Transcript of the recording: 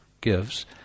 gives